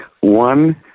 One